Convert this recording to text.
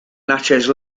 natchez